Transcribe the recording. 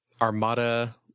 Armada